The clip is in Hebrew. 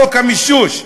חוק המישוש,